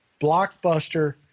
blockbuster